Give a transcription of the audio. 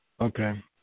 Okay